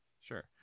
sure